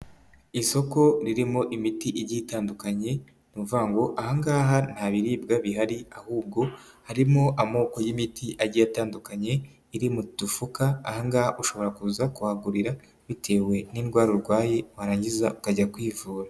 Isoko ririmo imiti igiye itandukanye ni ukuvyga ngo aha ngaha nta biribwa bihari ahubwo harimo amoko y'imiti agiye atandukanye, iri mu dufuka aha ngaha ushobora kuza kuhagurira bitewe n'indwara urwaye warangiza ukajya kwivura.